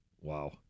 Wow